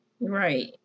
Right